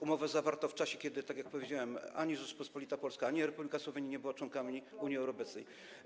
Umowę zawarto w czasie, kiedy, tak jak powiedziałem, ani Rzeczpospolita Polska, ani Republika Słowenii nie były członkami Unii Europejskiej.